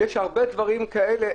אבל יש הרבה דברים כאלה,